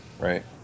Right